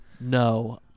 No